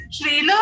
trailer